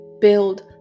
build